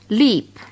leap